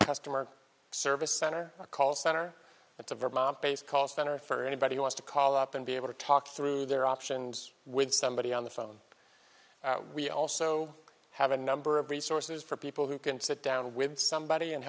customer service center a call center to vermont based cost center for anybody who wants to call up and be able to talk through their options with somebody on the phone we also have a number of resources for people who can sit down with somebody and